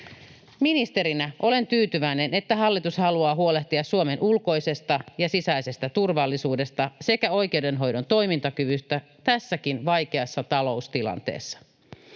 Ministerinä olen tyytyväinen, että hallitus haluaa huolehtia Suomen ulkoisesta ja sisäisestä turvallisuudesta sekä oikeudenhoidon toimintakyvystä tässäkin vaikeassa taloustilanteessa.